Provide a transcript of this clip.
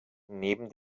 neben